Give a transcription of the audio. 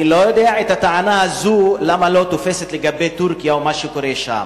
אני לא יודע למה הטענה הזאת לא תופסת לגבי טורקיה ומה שקורה שם.